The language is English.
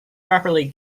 properly